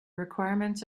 requirements